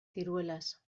ciruelas